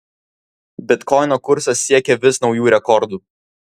bitkoino kursas siekia vis naujų rekordų